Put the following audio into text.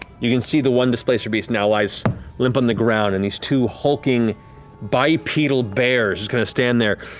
you can see the one displacer beast now lies limp on the ground, and these two hulking bipedal bears just kind of stand there